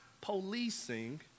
policing